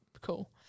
cool